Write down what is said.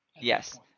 Yes